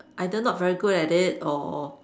either not very good at it or